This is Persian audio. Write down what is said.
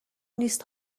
نیست